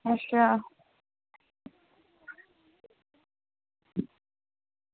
अच्छा